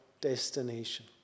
destination